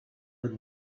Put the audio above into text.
but